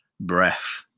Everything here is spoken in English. breath